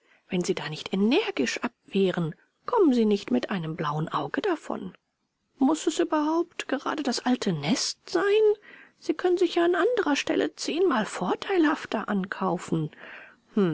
wenn sie da nicht energisch abwehren kommen sie nicht mit einem blauen auge davon muß es überhaupt gerade das alte nest sein sie können sich ja an anderer stelle zehnmal vorteilhafter ankaufen hm